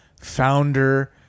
founder